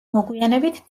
მოგვიანებით